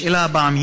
השאלה הבאה,